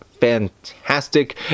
fantastic